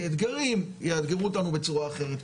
כאתגרים, יאתגרו אותנו בצורה אחרת.